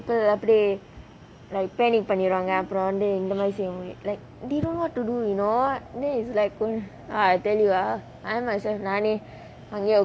play like அப்டியே:apdiyae like panic பண்ணிடுவாங்க அப்புறம் வந்து இந்த மாரி செய்ய முடியும்:panniduvanga apurom intha maari seiya mudiyum like they don't know what to do you know then is like I tell you I myself நானே அங்கேயே:naanae angayae